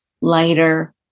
lighter